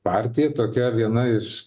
partija tokia viena iš